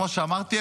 כמו שאמרתי,